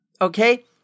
okay